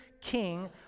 King